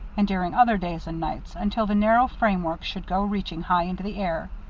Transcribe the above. and during other days and nights, until the narrow framework should go reaching high into the air.